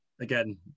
again